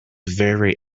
very